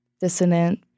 dissonant